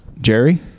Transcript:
Jerry